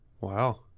wow